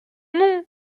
non